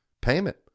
payment